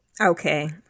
Okay